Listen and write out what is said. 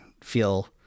feel